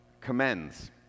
commends